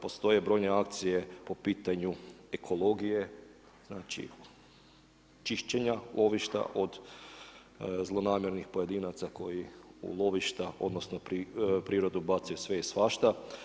Postoje brojne akcije po pitanju ekologije, znači čišćenja lovišta od zlonamjernih pojedinaca koji u lovišta, odnosno prirodu bacaju sve i svašta.